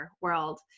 world